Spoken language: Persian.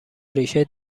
ریشه